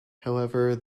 however